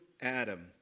Adam